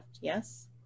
yes